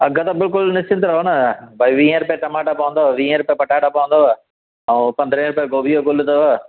अघु त बिल्कुल निश्चिंत रहो न भई वीह रुपिये टमाटा पवंदव वीह रुपिये पटाटा पवंदव ऐं पंदरहें रुपिये गोभी जो गुलु अथव